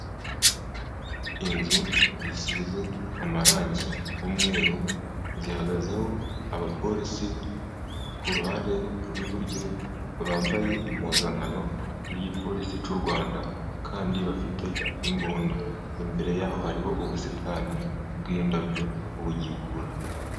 Inzu zisize amarangi y'umweru zihagazeho abapolisi ku ruhande rw'iburyo bambaye impuzankano z'igipolisi cy'u Rwanda kandi bafite imbunda. Imbere yaho hariho ubusitani bw'indabyo bugikura.